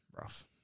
rough